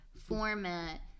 format